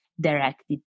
directed